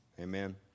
amen